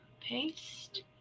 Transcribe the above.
paste